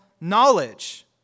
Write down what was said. knowledge